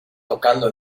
tocando